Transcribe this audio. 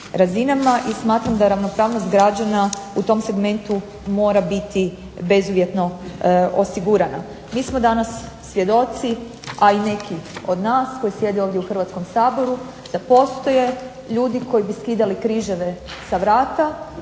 I smatram da ravnopravnost građana u tom segmentu mora biti bezuvjetno osigurana. Mi smo danas svjedoci, a i neki od nas koji sjede ovdje u Hrvatskom saboru da postoje ljudi koji bi skidali križeve sa vrata,